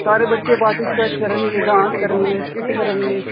ਸਾਰੇ ਬੱਚੇ ਪਾਰਟੀਸਪੇਟ ਕਰਨਗੇ ਡਾਂਸ ਕਰਨਗੇ ਸਕਿੱਟ ਕਰਨਗੇ